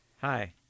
Hi